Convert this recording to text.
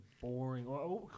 boring